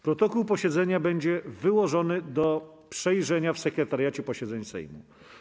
Protokół posiedzenia będzie wyłożony do przejrzenia w Sekretariacie Posiedzeń Sejmu.